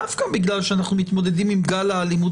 דווקא בגלל שאנחנו מתמודדים עם גל האלימות